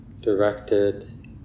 directed